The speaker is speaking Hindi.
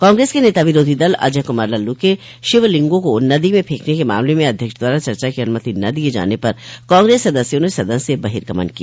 कांग्रेस के नेता विरोधी दल अजय कुमार लल्लू के शिवलिंगों को नदी में फेंकने के मामले में अध्यक्ष द्वारा चर्चा की अनुमति न दिये जाने पर कांग्रेस सदस्यों ने सदन से बहिर्गमन किया